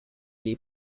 les